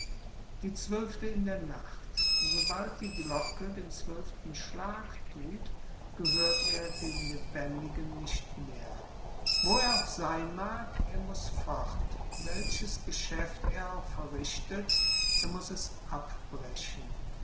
die zwölfte in der nacht sobald die glocke den zwölften schlag tut gehört er den lebendigen nicht mehr wo er auch sein mag er muß fort welches geschäft er auch verrichtet er muß es abbrechen